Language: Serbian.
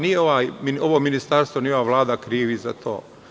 Nije ovo ministarstvo, ni ova Vlada krivi za to.